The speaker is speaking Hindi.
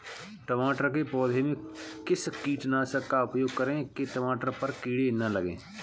टमाटर के पौधे में किस कीटनाशक का उपयोग करें कि टमाटर पर कीड़े न लगें?